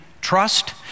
trust